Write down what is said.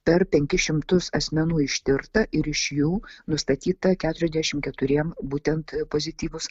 per penkis šimtus asmenų ištirta ir iš jų nustatyta keturiasdešimt keturiem būtent pozityvus